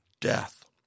Death